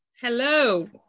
hello